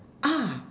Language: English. ah